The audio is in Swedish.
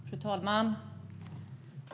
Fru talman!